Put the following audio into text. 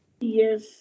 Yes